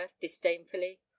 disdainfully